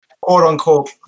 quote-unquote